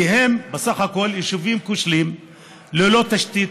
כי בסך הכול הם יישובים כושלים ללא תשתית,